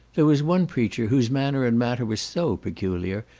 there was one preacher whose manner and matter were so peculiar,